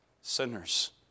sinners